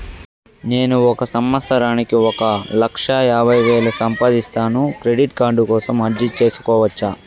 నేను ఒక సంవత్సరానికి ఒక లక్ష యాభై వేలు సంపాదిస్తాను, క్రెడిట్ కార్డు కోసం అర్జీ సేసుకోవచ్చా?